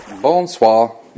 Bonsoir